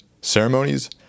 ceremonies